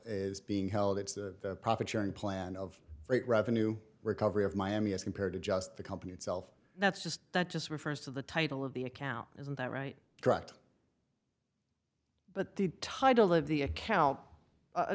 is being held it's the profit sharing plan of great revenue recovery of miami as compared to just the company itself that's just that just refers to the title of the account isn't that right dropped but the title of the account